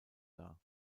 dar